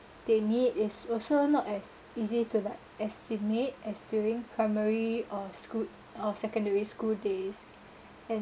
they need is also not as easy to like estimate as during primary or schoo~ or secondary school days and